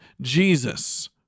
Jesus